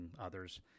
others